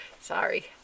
Sorry